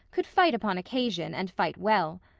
could fight upon occasion and fight well.